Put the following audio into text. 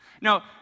Now